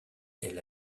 elle